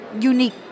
unique